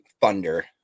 thunder